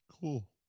Cool